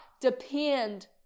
depend